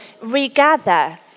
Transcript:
regather